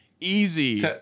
easy